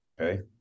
okay